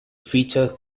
feature